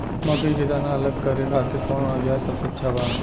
मकई के दाना अलग करे खातिर कौन औज़ार सबसे अच्छा बा?